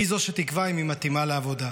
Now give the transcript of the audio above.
היא זו שתקבע אם היא מתאימה לעבודה.